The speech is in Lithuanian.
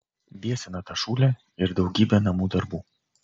biesina ta šūlė ir daugybė namų darbų